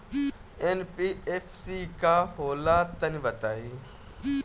NBFC का होला तनि बताई?